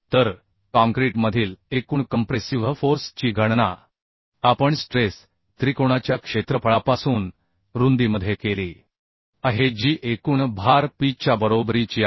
तर काँक्रीटमधील एकूण कंप्रेसिव्ह फोर्स ची गणना आपण स्ट्रेस त्रिकोणाच्या क्षेत्रफळापासून रुंदीमध्ये केलीआहे जी एकूण भार p च्या बरोबरीची आहे